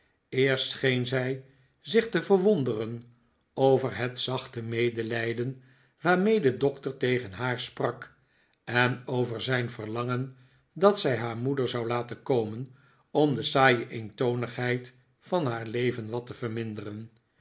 eerst scheen zij zich te verwonderen over het zachte medelijden waarmee de doctor tegen haar sprak eh over zijn verlangen dat zij haar moeder zou laten komen om de saaie eentonigheid van haar leven wat te verminderen